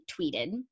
tweeted